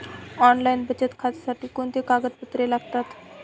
Online बचत खात्यासाठी कोणती कागदपत्रे लागतात?